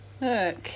Look